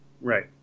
Right